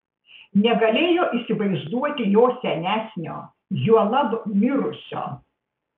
negalėjo įsivaizduoti jo senesnio juolab mirusio